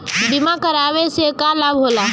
बीमा करावे से का लाभ होला?